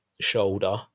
shoulder